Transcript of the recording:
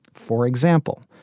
for example,